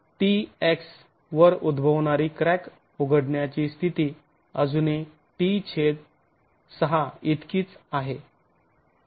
तर t x वर उद्भवणारी क्रॅक उघडण्याची स्थिती अजूनही t6 इतकीच आहे